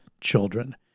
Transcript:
children